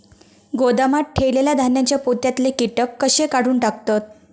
गोदामात ठेयलेल्या धान्यांच्या पोत्यातले कीटक कशे काढून टाकतत?